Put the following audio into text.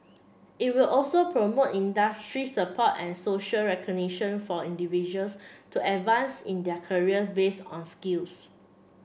it will also promote industry support and social recognition for individuals to advance in their careers based on skills